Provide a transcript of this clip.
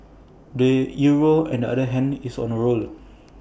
the euro on the other hand is on A roll